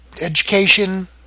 education